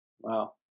Wow